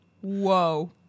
Whoa